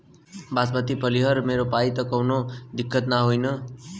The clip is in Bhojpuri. बासमती पलिहर में रोपाई त कवनो दिक्कत ना होई न?